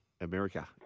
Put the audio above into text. America